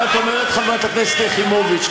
מה את אומרת, חברת הכנסת יחימוביץ?